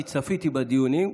כי צפיתי בדיונים.